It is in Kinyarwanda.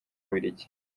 bubirigi